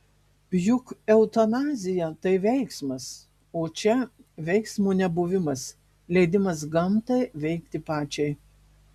juk eutanazija tai veiksmas o čia veiksmo nebuvimas leidimas gamtai veikti pačiai